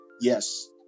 yes